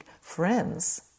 friends